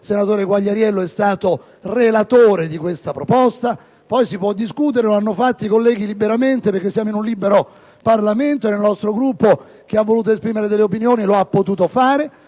senatore Quagliariello, è stato relatore di questa proposta. Poi si può discutere liberamente (lo hanno fatto i colleghi), perché siamo in un libero Parlamento, e nel nostro Gruppo chi ha voluto esprimere delle opinioni lo ha potuto fare.